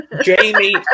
Jamie